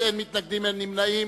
אין מתנגדים, אין נמנעים.